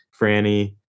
Franny